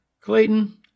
Clayton